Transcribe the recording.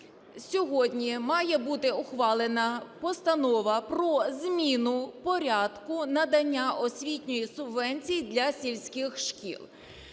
сьогодні має бути ухвалена Постанова про зміну порядку надання освітньої субвенції для сільських шкіл,